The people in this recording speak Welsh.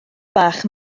bach